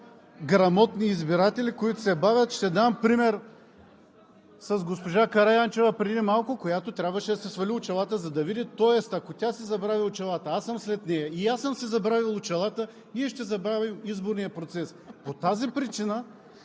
грамотни избиратели, които се бавят. Ще дам пример с госпожа Караянчева преди малко, която трябваше да си свали очилата, за да види, тоест, ако тя си забрави очилата, а аз съм след нея и съм си забравил очилата, ние ще забавим изборния процес. По тази причина